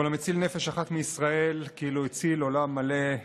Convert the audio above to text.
כל המציל נפש אחת בישראל כאילו הציל עולם מלא,